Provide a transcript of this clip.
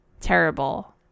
terrible